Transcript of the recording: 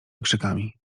okrzykami